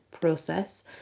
process